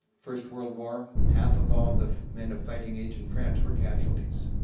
first world war, half of all the men of fighting age in france were causalities.